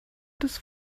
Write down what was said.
des